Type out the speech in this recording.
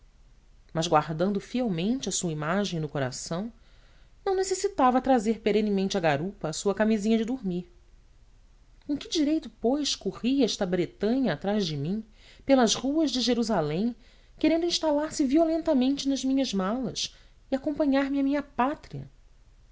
mas guardando fielmente a sua imagem no coração não necessitava trazer perenemente à garupa a sua camisinha de dormir com que direito pois corria esta bretanha atrás de mim pelas ruas de jerusalém querendo instalar se violentamente nas minhas malas e acompanhar-me à minha pátria